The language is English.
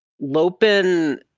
Lopin